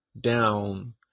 down